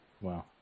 Wow